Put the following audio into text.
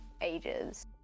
ages